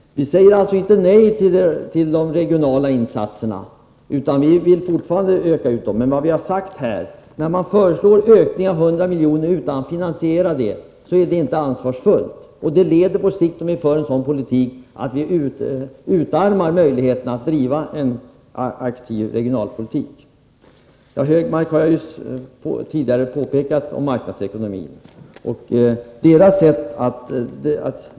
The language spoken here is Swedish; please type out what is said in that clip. Vi säger alltså inte nej till de regionala utvecklingsinsatserna, utan vi vill fortfarande öka dem. Men när man föreslår en ökning med 100 miljoner utan att föreslå en finansiering, är det inte ansvarsfullt. Om vi för en sådan politik, leder det på sikt till att vi utarmar möjligheterna att driva en aktiv regionalpolitik. Anders Högmark har tidigare talat om marknadsekonomin.